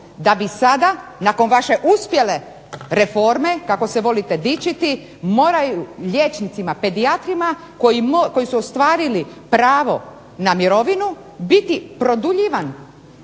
Da bi sada nakon vaše uspjele reforme kako se volite dičiti moraju liječnicima pedijatrima koji su ostvarili pravo na mirovinu biti produljivan